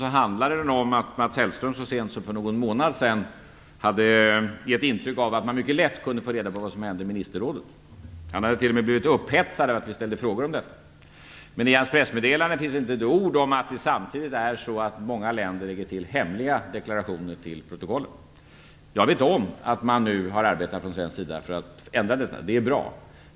Den handlade om att Mats Hellström så sent som för någon månad sedan gav intryck av att man mycket lätt kunde få reda på vad som hände i ministerrådet. Han blev t.o.m. upphetsad över att vi ställde frågor om detta. I hans pressmeddelande finns dock inte ett ord om att många länder samtidigt lägger till hemliga deklarationer till protokollen. Jag vet att man nu från svensk sida har arbetat för att ändra på detta, och det är bra.